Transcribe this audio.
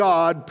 God